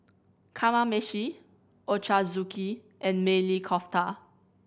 Kamameshi Ochazuke and Maili Kofta